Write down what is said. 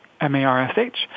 M-A-R-S-H